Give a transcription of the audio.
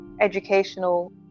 educational